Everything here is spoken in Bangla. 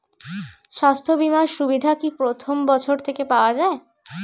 স্বাস্থ্য বীমার সুবিধা কি প্রথম বছর থেকে পাওয়া যায়?